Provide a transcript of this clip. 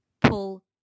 Pull